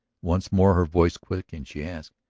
once more, her voice quickened, she asked